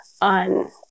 On